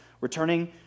returning